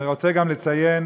אני רוצה גם לציין,